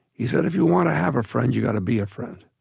he said if you want to have a friend, you got to be a friend.